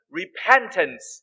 repentance